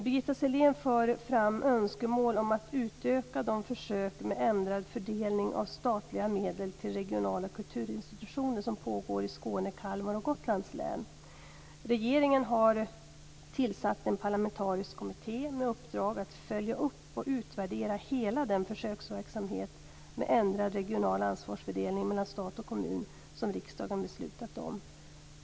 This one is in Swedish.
Birgitta Sellén för fram önskemål om att utöka de försök med ändrad fördelning av statliga medel till regionala kulturinstitutioner som pågår i Skåne, Kalmar och Gotlands län. Regeringen har tillsatt en parlamentarisk kommitté, PARK-kommittén, med uppdrag att följa upp och utvärdera hela den försöksverksamhet med ändrad regional ansvarsfördelning mellan stat och kommun som riksdagen beslutat om.